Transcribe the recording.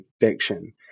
fiction